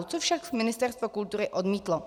To však Ministerstvo kultury odmítlo.